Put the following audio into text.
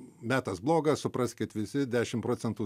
metas blogas supraskit visi dešim procentų